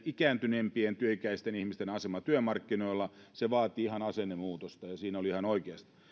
ikääntyneempien työikäisten ihmisten asema työmarkkinoilla se vaatii ihan asennemuutosta ja siinä oli ihan oikeita aineksia